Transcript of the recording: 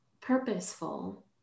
purposeful